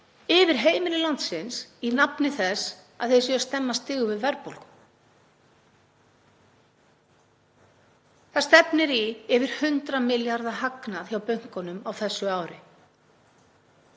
yfir heimili landsins í nafni þess að þeir séu að stemma stigu við verðbólgunni. Það stefnir í yfir 100 milljarða hagnað hjá bönkunum á þessu ári